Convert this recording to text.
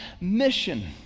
mission